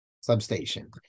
Substation